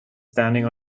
standing